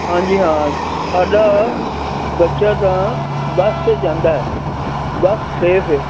ਹਾਂਜੀ ਹਾਂ ਸਾਡਾ ਬੱਚਾ ਤਾਂ ਬੱਸ 'ਤੇ ਜਾਂਦਾ ਹੈ ਬੱਸ ਸੇਫ ਹੈ